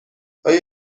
آیا